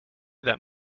that